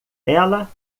ela